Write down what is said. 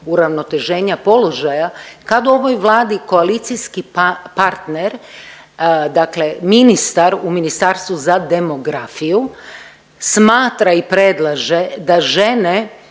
uravnoteženja položaja kad u ovoj Vladi koalicijski partner, dakle ministar u Ministarstvu za demografiju smatra i predlaže da žene